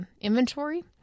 inventory